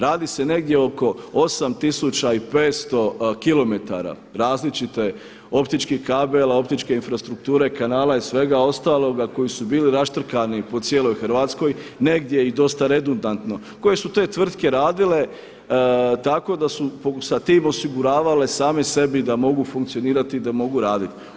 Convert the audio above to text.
Radi se negdje oko 8500 km različite optičkih kabela, optičke infrastrukture, kanala i svega ostaloga koji su bili raštrkani po cijeloj Hrvatskoj, negdje i dosta redundantno, koje su te tvrtke radile tako da su sa tim osiguravale same sebi da mogu funkcionirati i da mogu raditi.